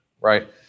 right